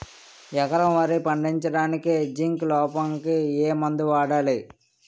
ఎకరం వరి పండించటానికి జింక్ లోపంకి ఏ మందు వాడాలి?